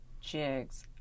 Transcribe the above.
jigs